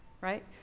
Right